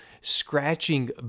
scratching